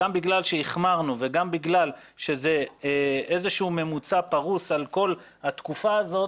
גם בגלל שהחמרנו וגם בגלל שזה איזשהו ממוצע פרוס על כל התקופה הזאת,